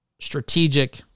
strategic